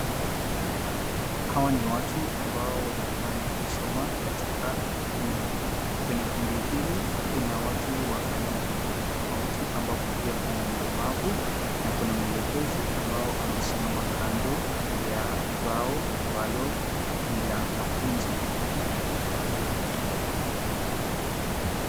Hawa ni watu ambao wanafanya kusoma katika kundi. Kwenye kundi hili kuna watu wa aina tofauti tofauti ambapo pia kuna mlemavu na kuna mwelekezi ambao amesimama kando ya mbao ambalo ni la mafunzo.